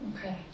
Okay